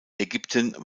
ägypten